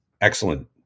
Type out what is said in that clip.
excellent